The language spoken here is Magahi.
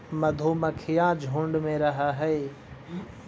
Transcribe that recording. मधुमक्खियां झुंड में रहअ हई